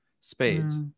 spades